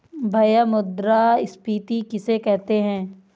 भैया मुद्रा स्फ़ीति किसे कहते हैं?